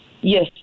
Yes